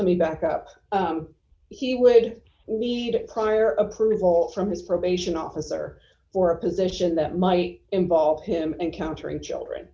let me back up he would need prior approval from his probation officer for a position that might involve him encountering children